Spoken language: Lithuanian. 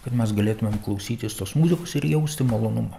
kad mes galėtumėm klausytis tos muzikos ir jausti malonumą